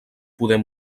poder